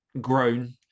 grown